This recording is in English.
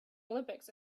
olympics